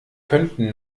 könnten